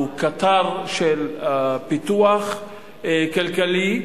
הוא קטר של פיתוח כלכלי,